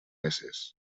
meses